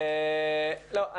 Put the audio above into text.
לא,